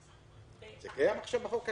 זה קיים עכשיו בחוק הקיים.